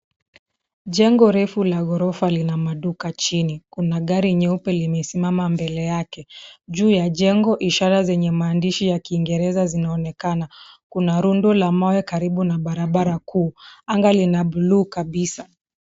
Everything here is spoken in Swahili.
Jengo refu la ghorofa lina maduka chini. Kuna gari nyeupe limesimama mbele yake. Juu ya jengo ishara zenye maandishi ya kiingereza zinaonekana. Kuna rundo ya mawe karibu na barabara kuu. Anga lina bluu kabisa.